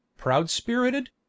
Proud-spirited